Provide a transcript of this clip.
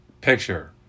picture